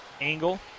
angle